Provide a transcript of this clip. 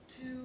two